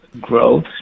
growth